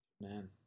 man